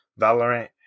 Valorant